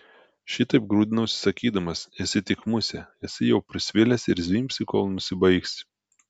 šitaip grūdinausi sakydamas esi tik musė esi jau prisvilęs ir zvimbsi kol nusibaigsi